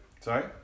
Sorry